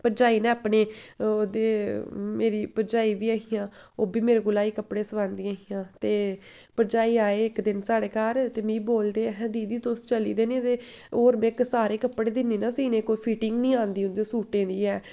भरजाई न अपने ओह् ते मेरी भरजाई बी है हियां ओह् बी मेरे कोला गै कपड़े सलांदियां हियां ते भरजाई आए इक दिन साढ़े घर ते मी बोलदे अहें दीदी तुस चली दे नी ते होर में क सारें गी कपड़े दिन्नी निं सीने गी कोई फिटिंग निं औंदी उं'दे सूटें दी ऐ